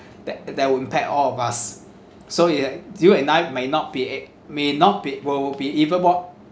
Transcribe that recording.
that that would impact all of us so you and I might not be a~ may not be will will be even more